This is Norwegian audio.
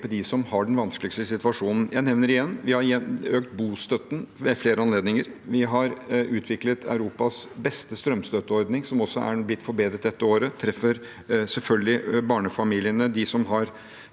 dem som har den vanskeligste situasjonen. Jeg nevner igjen: Vi har økt bostøtten ved flere anledninger. Vi har utviklet Europas beste strømstøtteordning, som også er blitt forbedret dette året. Det treffer selvfølgelig mest barnefamiliene og dem som har